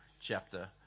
chapter